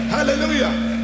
Hallelujah